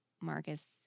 Marcus